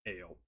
Ale